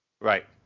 right